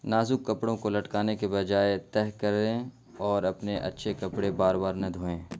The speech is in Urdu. نازک کپڑوں کو لٹکانے کے بجائے تہہ کریں اور اپنے اچھے کپڑے بار بار نہ دھوئیں